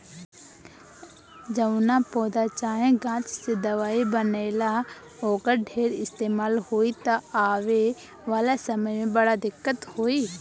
जवना पौधा चाहे गाछ से दवाई बनेला, ओकर ढेर इस्तेमाल होई त आवे वाला समय में बड़ा दिक्कत होई